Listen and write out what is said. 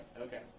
okay